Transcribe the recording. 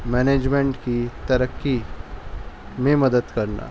management کی ترقی میں مدد کرنا